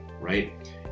right